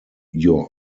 your